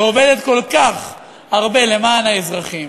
ועובדת כל כך הרבה למען האזרחים,